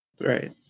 Right